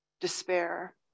despair